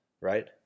right